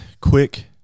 quick